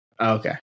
okay